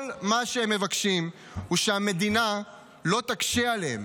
כל מה שהם מבקשים הוא שהמדינה לא תקשה עליהם,